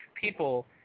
people